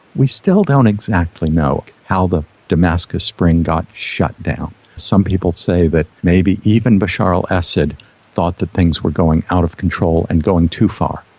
we still don't exactly know how the damascus spring got shut down. some people say that maybe even bashar al-assad thought that things were going out of control and going too far.